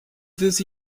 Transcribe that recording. this